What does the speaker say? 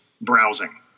browsing